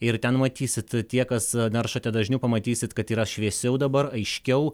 ir ten matysit tie kas naršote dažniau pamatysit kad yra šviesiau dabar aiškiau